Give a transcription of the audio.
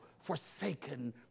forsaken